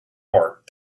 heart